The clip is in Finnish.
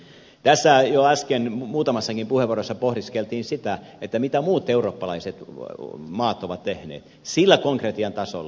tässä jo äsken muutamassakin puheenvuorossa pohdiskeltiin sitä mitä muut eurooppalaiset maat ovat tehneet sillä konkretian tasolla